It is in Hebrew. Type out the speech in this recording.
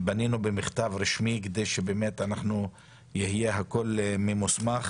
פנינו במכתב רשמי כדי שהכל יהיה ממוסמך